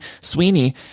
Sweeney